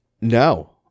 No